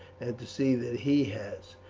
and to see that he has,